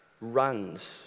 runs